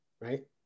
right